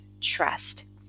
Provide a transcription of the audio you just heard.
trust